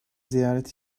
ziyaret